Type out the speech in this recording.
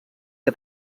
que